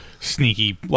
sneaky